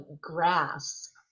grass